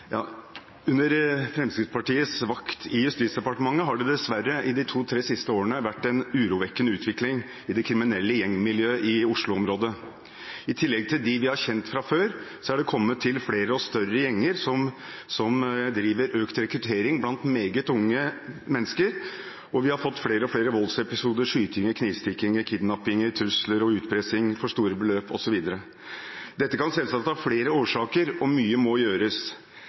Under Fremskrittspartiets vakt i Justisdepartementet har det dessverre de to–tre siste årene vært en urovekkende utvikling i det kriminelle gjengmiljøet i Oslo-området. I tillegg til dem vi har kjent fra før, har det kommet til flere og større gjenger som driver økt rekruttering blant meget unge mennesker, og vi har fått flere og flere voldsepisoder, skytinger, knivstikkinger, kidnappinger, trusler og utpressing for store beløp osv. Dette kan selvsagt ha flere årsaker, og mye må gjøres.